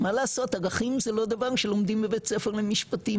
מה לעשות ערכים זה לא דבר שלומדים בבית ספר למשפטים,